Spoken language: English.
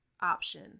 option